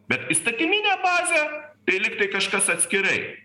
bet įstatyminė bazė tai lygtai kažkas atskirai